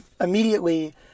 immediately